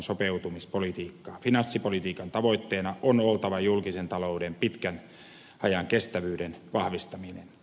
finanssipolitiikan tavoitteena on oltava julkisen talouden pitkän ajan kestävyyden vahvistaminen